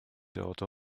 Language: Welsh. dod